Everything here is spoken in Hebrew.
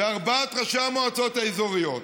ארבעת ראשי המועצות האזוריות,